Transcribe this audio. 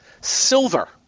Silver